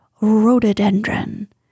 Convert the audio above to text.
rhododendron